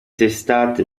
testate